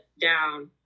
down